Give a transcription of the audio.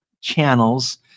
channels